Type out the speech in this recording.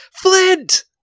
flint